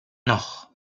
noch